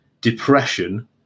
depression